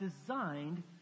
designed